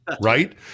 right